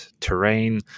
terrain